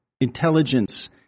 intelligence